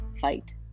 fight